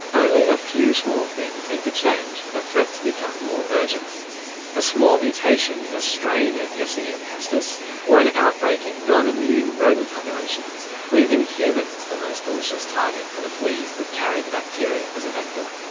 only a few small things need to change for the threat to become more urgent a small mutation in a strain of yersinia pestis, or an outbreak in non-immune rodent populations, leaving humans the most delicious target for the fleas that carry the bacteria as a vector.